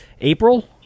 April